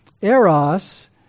Eros